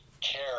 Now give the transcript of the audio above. care